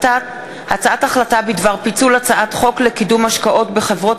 הצעת החלטה בדבר פיצול הצעת חוק לקידום השקעות בחברות